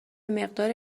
مقدار